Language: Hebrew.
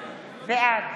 בעד